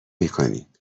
میکنیم